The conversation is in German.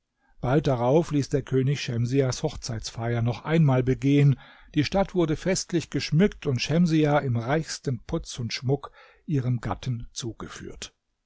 bald darauf ließ der könig schemsiahs hochzeitsfeier noch einmal begehen die stadt wurde festlich geschmückt und schemsiah im reichsten putz und schmuck ihrem gatten zugeführt